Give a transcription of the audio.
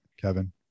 Kevin